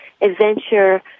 Adventure